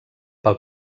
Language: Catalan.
pel